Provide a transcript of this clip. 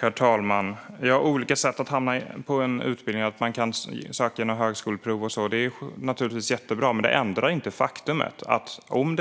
Herr talman! Det är naturligtvis jättebra att det finns olika sätt att komma in på en utbildning, att man kan söka genom högskoleprov och så vidare. Men det ändrar inte det faktum att om